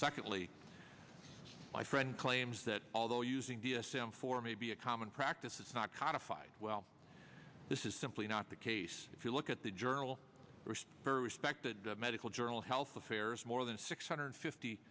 secondly my friend claims that although using d s m four may be a common practice it's not codified well this is simply not the case if you look at the journal very respected medical journal health affairs more than six hundred fifty